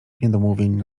niedomówień